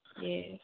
Yes